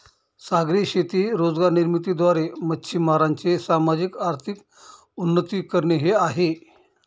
सागरी शेती रोजगार निर्मिती द्वारे, मच्छीमारांचे सामाजिक, आर्थिक उन्नती करणे हे आहे